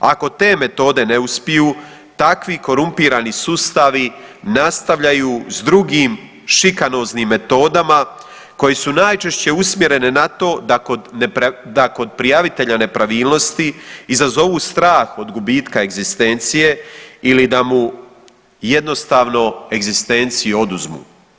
Ako te metode ne uspiju takvi korumpirani sustavi nastavljaju s drugim šikanoznim metodama koje su najčešće usmjere na to da kod prijavitelja nepravilnosti izazovu strah od gubitka egzistencije ili da mu jednostavno egzistenciju oduzmu.